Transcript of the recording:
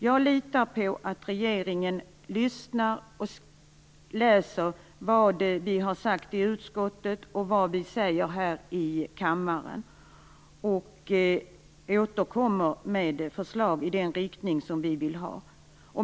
Jag litar på att regeringen lyssnar på och läser vad som har sagts i utskottet och vad som sägs här i kammaren, och återkommer med förslag i den riktning vi vill ha.